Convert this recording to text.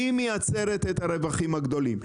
היא מייצרת את הרווחים הגדולים,